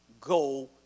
go